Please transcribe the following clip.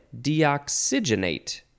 deoxygenate